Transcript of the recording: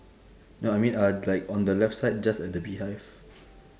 no I mean uh like on the left side just at the beehive